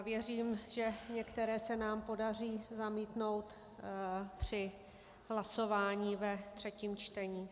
Věřím, že některé se nám podaří zamítnout při hlasování ve třetím čtení.